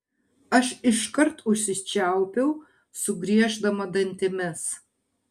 aš iškart užsičiaupiau sugrieždama dantimis